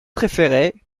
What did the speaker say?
préféré